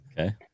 Okay